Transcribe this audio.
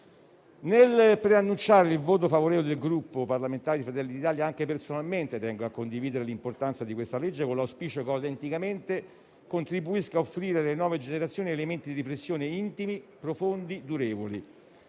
Nel preannunciare il voto favorevole del Gruppo parlamentare Fratelli d'Italia, anche personalmente tengo a condividere l'importanza di questo disegno di legge, con l'auspicio che esso autenticamente contribuisca a offrire alle nuove generazioni elementi di riflessione intimi, profondi, durevoli.